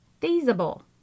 feasible